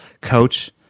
coach